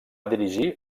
dirigir